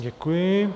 Děkuji.